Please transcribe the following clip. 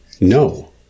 No